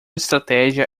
estratégia